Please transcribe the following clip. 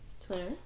twitter